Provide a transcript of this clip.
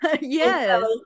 yes